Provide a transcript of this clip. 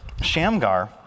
Shamgar